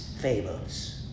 fables